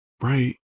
right